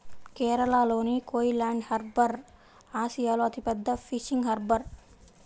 కేరళలోని కోయిలాండి హార్బర్ ఆసియాలో అతిపెద్ద ఫిషింగ్ హార్బర్